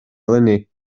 eleni